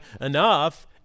enough